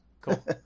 cool